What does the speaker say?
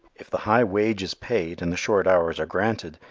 if the high wage is paid and the short hours are granted,